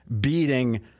beating